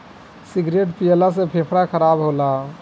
cigarette पियला से फेफड़ा खराब होला